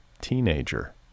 Teenager